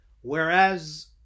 whereas